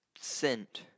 scent